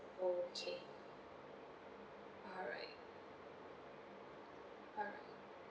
okay alright alright